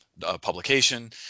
publication